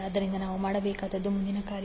ಆದ್ದರಿಂದ ನಾವು ಮಾಡಬೇಕಾದದ್ದು ಮುಂದಿನ ಕಾರ್ಯ